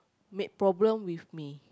made problem with me